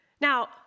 Now